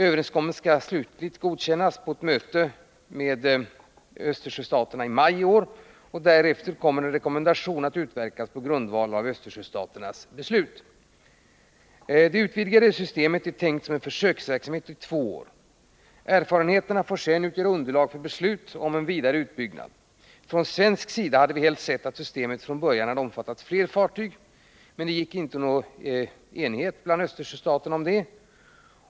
Överenskommelsen skall godkännas slutligt på ett möte med representanter för Östersjöstaterna i maj i år. Därefter kommer en IMCO-rekommendation i ämnet att utverkas på grundval av Östersjöstaternas beslut. Det utvidgade positionsrapporteringssystemet är tänkt som en försöksverksamhet under två år. Erfarenheterna får utgöra underlaget för beslut om en vidare utbyggnad av systemet. Från svensk sida hade vi helst sett att systemet redan från början hade omfattat flera fartyg. Det var dock inte möjligt att nå enighet bland Östersjöstaterna om detta.